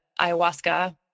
ayahuasca